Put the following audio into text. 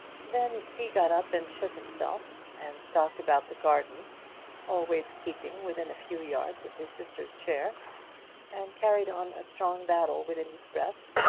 then he got up and shook himself, and stalked about the garden always keeping within a few yards of his sister's chair and carried on a strong battle within his breast,